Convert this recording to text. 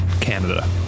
Canada